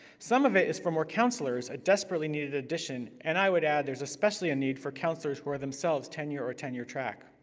some of it is for more counselors, a desperately-needed addition, and i would add there's especially a need for counselors who are, themselves, tenure or tenure-track.